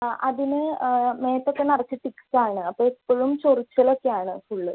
ആ അതിന് മേത്തൊക്കെ നിറച്ച് ടിക്ക്സ് ആണ് അപ്പോൾ എപ്പഴും ചൊറിച്ചിൽ ഒക്കെ ആണ് ഫുള്ള്